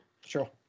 Sure